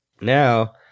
Now